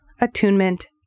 attunement